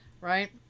Right